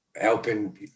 helping